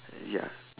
ya